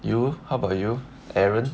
you how about you aaron